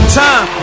time